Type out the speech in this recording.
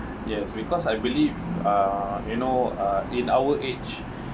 yes because I believe uh you know uh in our age